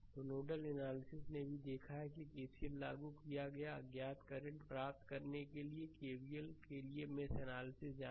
तो nodal analysis ने भी देखा है कि केसीएल लागू किया है अज्ञात करंट प्राप्त करने के लिए केवीएल के लिए मेष एनालिसिस जाना